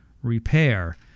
repair